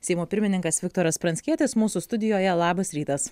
seimo pirmininkas viktoras pranckietis mūsų studijoje labas rytas